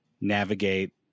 navigate